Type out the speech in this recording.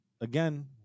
again